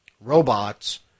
robots